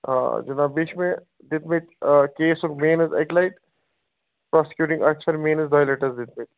آ جِناب بیٚیہِ چھِ مےٚ دِتۍمٕتۍ آ کیس آف گریٖنٕز اَکہِ لٹہٕ پرٛاسکیٛوٗٹِنٛگ آفیسر مینٕز دۄیہِ لٹہِ حظ دِتۍمٕتۍ